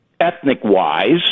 ethnic-wise